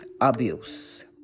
abuse